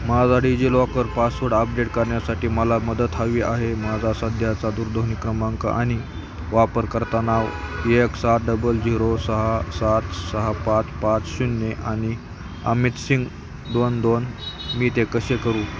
माझा DigiLocker password update करण्यासाठी मला मदत हवी आहे माझा सध्याचा दूरध्वनी क्रमांक आणि वापरकर्ता नाव एक सात डबल झिरो सहा सात सहा पाच पाच शून्य आणि अमित सिंग दोन दोन मी ते कसे करू